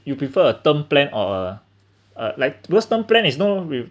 you prefer a term plan or a uh like us term plan is no re~